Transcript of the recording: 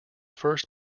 first